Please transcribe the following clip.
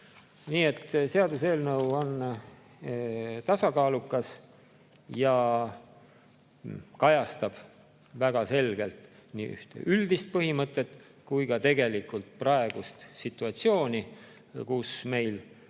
seaduseelnõu on tasakaalukas ja kajastab väga selgelt nii üldist põhimõtet kui ka praegust situatsiooni, kus meil